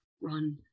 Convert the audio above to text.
run